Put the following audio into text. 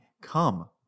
come